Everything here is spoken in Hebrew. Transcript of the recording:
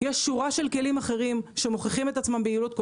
יש שורה של כלים אחרים שמוכחים את עצמם ביעילות,